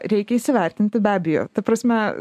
reikia įsivertinti be abejo ta prasme